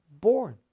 born